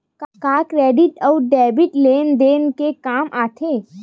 का क्रेडिट अउ डेबिट लेन देन के काम आथे?